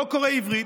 לא קורא עברית,